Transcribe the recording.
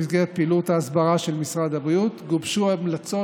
במסגרת פעילות ההסברה של משרד הבריאות גובשו המלצות